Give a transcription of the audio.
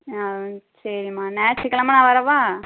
ஆ சரிம்மா ஞாயித்துக் கெழம நான் வரவா